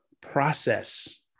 process